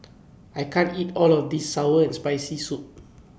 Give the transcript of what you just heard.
I can't eat All of This Sour and Spicy Soup